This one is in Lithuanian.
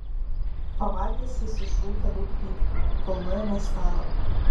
pavalgęs jis išrūkė daug pypkių kol nuėmė stalą